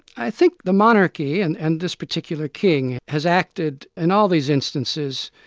i think the monarchy and and this particular king has acted in all these instances